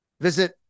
Visit